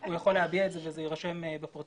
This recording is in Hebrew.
הוא יכול להביע את זה וזה יירשם בפרוטוקול.